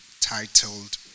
Titled